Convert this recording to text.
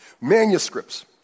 Manuscripts